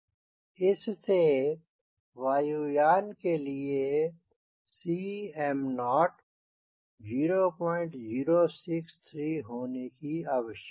इस से वायुयान के लिए Cm0 0063 होने की आवश्यकता है